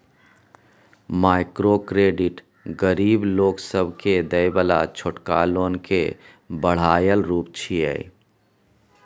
micro credit गरीब लोक सबके देय बला छोटका लोन के बढ़ायल रूप छिये